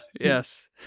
Yes